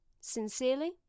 Sincerely